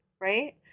Right